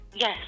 Yes